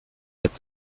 jetzt